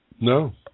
No